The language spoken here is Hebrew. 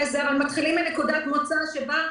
אבל מתחילים מנקודת מוצא שבה,